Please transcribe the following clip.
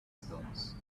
stones